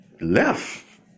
left